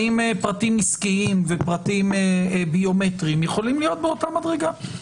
האם פרטים עסקיים ופרטים ביומטריים יכולים להיות באותה מדרגה?